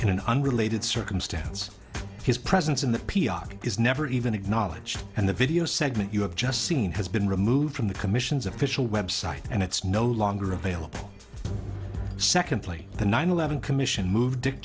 in an unrelated circumstance his presence in the p r t is never even acknowledged and the video segment you have just seen has been removed from the commission's official website and it's no longer available secondly the nine eleven commission moved dick